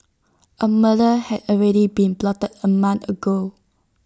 A murder had already been plotted A month ago